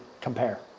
compare